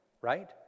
right